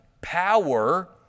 power